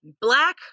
Black